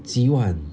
几晚